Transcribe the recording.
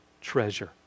treasure